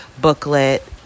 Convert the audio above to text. booklet